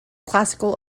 classical